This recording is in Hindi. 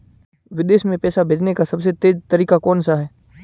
विदेश में पैसा भेजने का सबसे तेज़ तरीका कौनसा है?